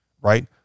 right